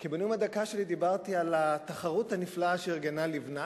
כי בנאום הדקה שלי דיברתי על התחרות הנפלאה שארגנה לבנת: